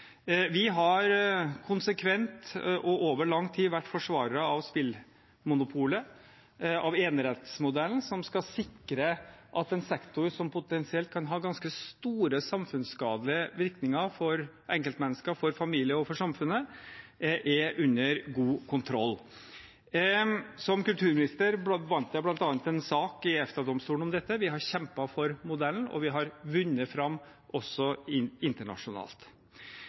Vi har konsekvent og over lang tid vært forsvarere av spillmonopolet, av enerettsmodellen, som skal sikre at en sektor som potensielt kan ha ganske store skadelige virkninger for enkeltmennesker, for familier og for samfunnet, er under god kontroll. Som kulturminister vant jeg bl.a. en sak i EFTA-domstolen om dette. Vi har kjempet for modellen, og vi har vunnet fram også internasjonalt.